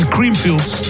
Creamfields